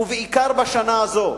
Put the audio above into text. ובעיקר בשנה הזאת,